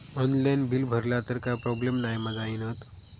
Online bill भरला तर काय प्रोब्लेम नाय मा जाईनत?